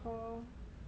mm